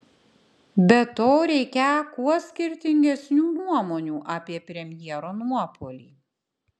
be to reikią kuo skirtingesnių nuomonių apie premjero nuopuolį